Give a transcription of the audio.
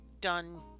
done